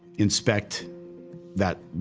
inspect that,